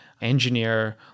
engineer